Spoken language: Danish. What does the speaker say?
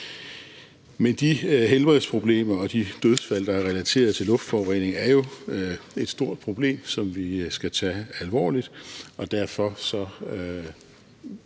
Men de helbredsproblemer og dødsfald, der er relateret til luftforurening, er jo et stort problem, som vi skal tage alvorligt.